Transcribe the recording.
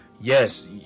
yes